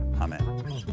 amen